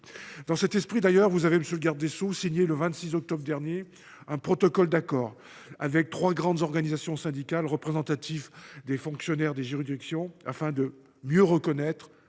Dans cet esprit, monsieur le garde des sceaux, vous avez d’ailleurs signé, le 26 octobre dernier, un protocole d’accord avec trois grandes organisations syndicales représentatives des fonctionnaires des juridictions, afin de mieux reconnaître